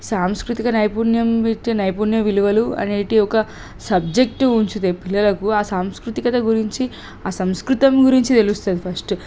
సాంస్కృతిక నైపుణ్యం విత్ నైపుణ్య విలువలు అనేటియి ఒక సబ్జెక్ట్ ఉంచితే పిల్లలకు ఆ సాంస్కృతికత గురించి ఆ సంస్కృతం గురించి తెలుస్తుంది ఫస్ట్